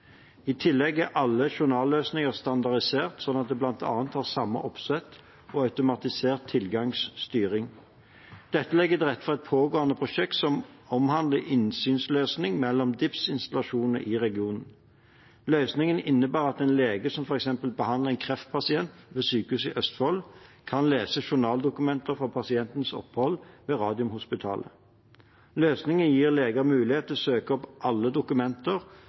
I tillegg er alle journalløsninger standardisert, slik at de bl.a. har samme oppsett og automatisert tilgangsstyring. Dette legger til rette for et pågående prosjekt som omhandler innsynsløsning mellom DIPS-installasjonene i regionen. Løsningen innebærer at en lege som f.eks. behandler en kreftpasient ved Sykehuset Østfold, kan lese journaldokumenter fra pasientens opphold ved Radiumhospitalet. Løsningen gir leger mulighet til å søke opp alle dokumenter